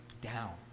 down